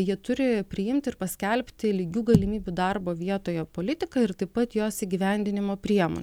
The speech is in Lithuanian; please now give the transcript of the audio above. jie turi priimti ir paskelbti lygių galimybių darbo vietoje politiką ir taip pat jos įgyvendinimo priemonių